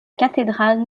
cathédrale